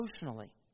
emotionally